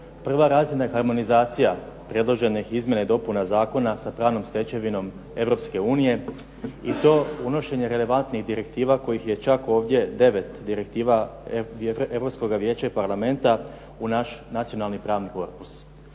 Prva razina je harmonizacija predloženih izmjena i dopuna zakona sa pravnom stečevinom Europske unije i to unošenje relevantnih direktiva kojih je čak ovdje 9 direktiva Europskoga vijeća i Parlamenta u naš nacionalni pravni korpus.